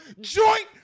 joint